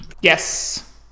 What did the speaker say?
Yes